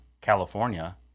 California